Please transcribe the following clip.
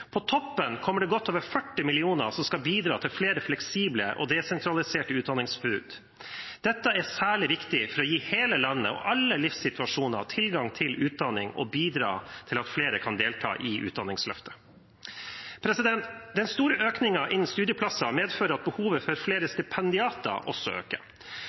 På toppen kommer det godt over 40 mill. kr som skal bidra til flere fleksible og desentraliserte utdanningstilbud. Dette er særlig viktig for å gi hele landet og folk i alle livssituasjoner tilgang til utdanning og bidra til at flere kan delta i utdanningsløftet. Den store økningen innen studieplasser medfører at behovet for flere stipendiater også øker.